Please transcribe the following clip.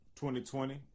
2020